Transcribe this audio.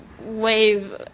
wave